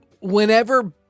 whenever